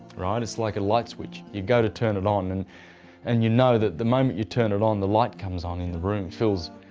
right? it's like a light switch you go to turn it on, and and you know that the moment you turn it on, the light comes on and the and room fills.